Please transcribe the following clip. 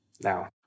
now